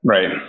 Right